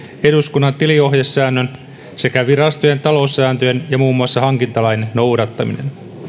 eduskunnan tiliohjesäännön sekä virastojen taloussääntöjen ja muun muassa hankintalain noudattaminen